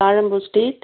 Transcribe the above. Thazhampoo street